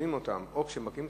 כשמחתימים אותם או כשמקבלים את